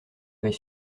avait